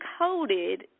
encoded